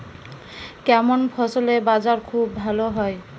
কেমন ফসলের বাজার খুব ভালো হয়?